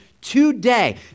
today